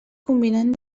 combinant